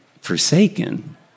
forsaken